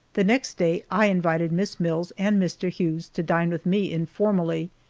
the next day i invited miss mills and mr. hughes to dine with me informally,